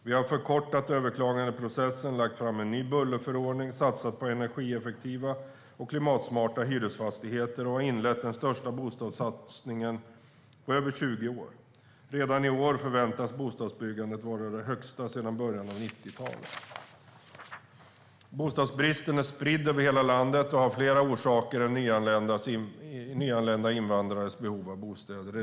Vi har förkortat överklagandeprocessen, lagt fram en ny bullerförordning, satsat på energieffektiva och klimatsmarta hyresfastigheter och inlett den största bostadssatsningen på över 20 år. Redan i år förväntas bostadsbyggandet vara det största sedan början av 1990-talet. Bostadsbristen är spridd över hela landet och har fler orsaker än nyanlända invandrares behov av bostäder.